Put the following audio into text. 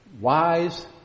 Wise